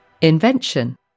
Invention